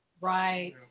Right